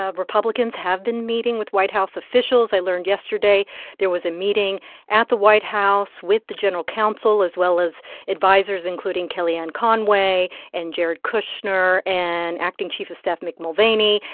ah republicans have been meeting with white house officials. i learned yesterday there was a meeting at the white house with the general counsel as well as advisers, including kellyanne conway and jared kushner and acting chief of staff mick mulvaney.